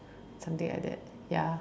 something like that ya